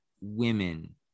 women